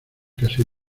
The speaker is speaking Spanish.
casi